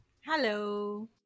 Hello